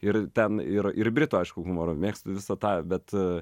ir ten ir ir britų aišku humorą mėgstu visą tą bet